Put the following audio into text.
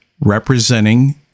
representing